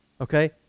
Okay